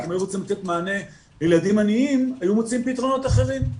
כי אם היו רוצים לתת מענה לילדים עניים היו מוצאים פתרונות אחרים.